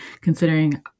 considering